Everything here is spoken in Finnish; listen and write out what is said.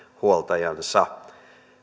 huoltajansa